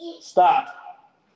stop